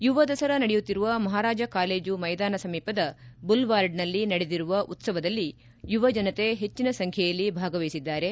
ಯುವ ದಸರಾ ನಡೆಯುತ್ತಿರುವ ಮಹಾರಾಜ ಕಾಲೇಜು ಮೈದಾನ ಸಮೀಪದ ಬುಲ್ವಾರ್ಡ್ನಲ್ಲಿ ನಡೆದಿರುವ ಉತ್ಸವದಲ್ಲಿ ಯುವ ಜನತೆ ಹೆಚ್ಚಿನ ಸಂಖ್ಯೆಯಲ್ಲಿ ಭಾಗವಹಿಸಿದ್ದಾರೆ